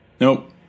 Nope